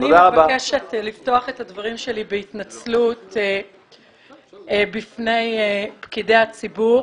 אני מבקשת לפתוח את הדברים שלי בהתנצלות בפני פקידי הציבור